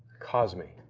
kosmeme.